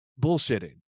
bullshitting